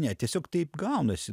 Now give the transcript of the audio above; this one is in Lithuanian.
ne tiesiog taip gaunasi